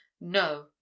no